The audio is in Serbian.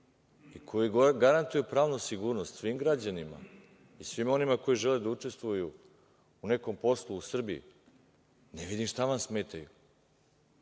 i koji garantuju pravnu sigurnost svim građanima i svima onima koji žele da učestvuju u nekom poslu u Srbiji, ne vidim šta vam smetaju.